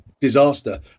disaster